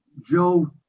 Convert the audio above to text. Joe